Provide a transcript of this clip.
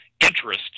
interest